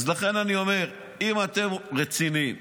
לכן אני אומר שאם אתם רציניים